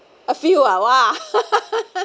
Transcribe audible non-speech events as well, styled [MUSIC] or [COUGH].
a few ah !wah! [LAUGHS]